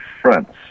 fronts